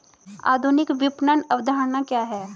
आधुनिक विपणन अवधारणा क्या है?